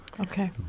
Okay